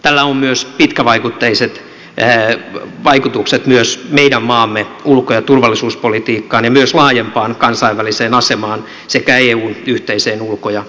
tällä on myös pitkävaikutteiset vaikutukset myös meidän maamme ulko ja turvallisuuspolitiikkaan ja myös laajempaan kansainväliseen asemaan sekä eun yhteiseen ulko ja turvallisuuspolitiikkaan